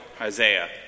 Isaiah